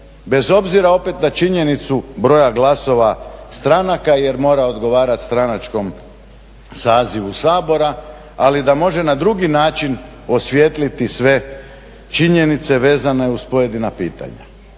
bez obzira opet na činjenicu broja glasova stranaka jer mora odgovarati stranačkom sazivu Sabora, ali da može na drugi način osvijetliti sve činjenice vezane uz pojedina pitanja.